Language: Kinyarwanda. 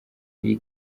iyi